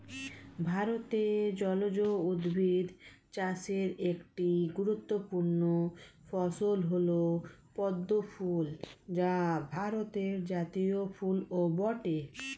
ভারতে জলজ উদ্ভিদ চাষের একটি গুরুত্বপূর্ণ ফসল হল পদ্ম ফুল যা ভারতের জাতীয় ফুলও বটে